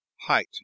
Height